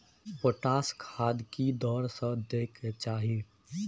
Potash खाद की दर से दै के चाही?